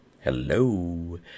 Hello